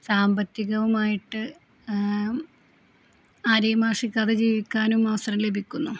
സാമ്പത്തികവുമായിട്ട് ആരെയും ആശ്രയിക്കതെ ജീവിക്കാനും അവസരം ലഭിക്കുന്നു